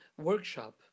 workshop